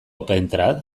opentrad